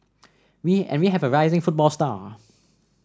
we and we have a rising football star